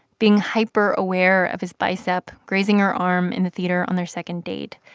being hyper-aware of his bicep, grazing her arm in the theater on their second date.